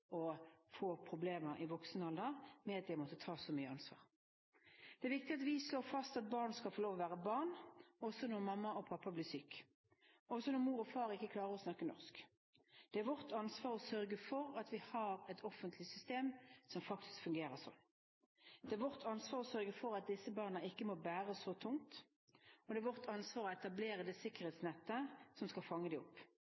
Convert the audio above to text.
å få problemer i voksen alder ved at de har måttet ta så mye ansvar. Det er viktig at vi slår fast at barn skal få lov til å være barn også når mamma og pappa blir syke – og også når mor og far ikke klarer å snakke norsk. Det er vårt ansvar å sørge for at vi har et offentlig system som faktisk fungerer sånn. Det er vårt ansvar å sørge for at disse barna ikke må bære så tungt, og det er vårt ansvar å etablere det